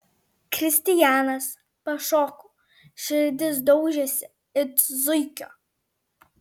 kristijanas pašoko širdis daužėsi it zuikio